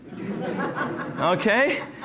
okay